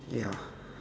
ya